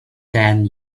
ten